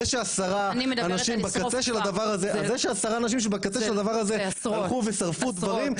זה שעשרה אנשים שבקצה של הדבר הזה הלכו ושרפו בתים,